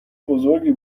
بزرگی